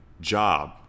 job